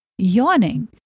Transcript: Yawning